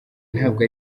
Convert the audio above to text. ntabwo